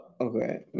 okay